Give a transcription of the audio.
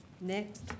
Next